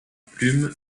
plume